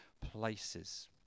places